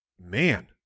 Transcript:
man